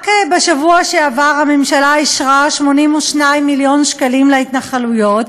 רק בשבוע שעבר הממשלה אישרה 82 מיליון שקלים להתנחלויות.